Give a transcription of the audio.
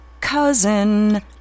Cousin